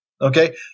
Okay